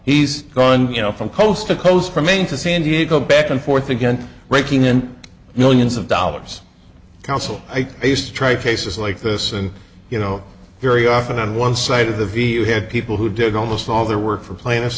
he's gone you know from coast to coast from maine to san diego back and forth again raking in millions of dollars counsel i used to try cases like this and you know very often on one side of the v you had people who did almost all their work for plain